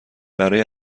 برای